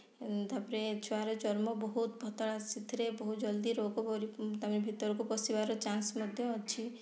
ତା'ପରେ ଛୁଆର ଚର୍ମ ବହୁତ୍ ପତଳା ସେଥିରେ ବହୁତ୍ ଜଲ୍ଦି ରୋଗ ତାଙ୍କ ଭିତରକୁ ପସିବାର ଚାନସ୍ ମଧ୍ୟ ଅଛି